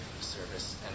service